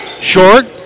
short